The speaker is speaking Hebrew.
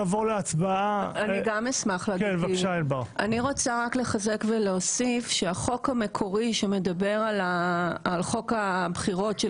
אני רוצה לחזק ולהוסיף שהחוק המקורי שמדבר על חוק הבחירות של